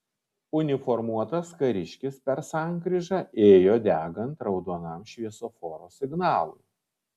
uniformuotas kariškis per sankryžą ėjo degant raudonam šviesoforo signalui